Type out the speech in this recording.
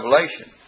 Revelation